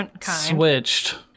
switched